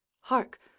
Hark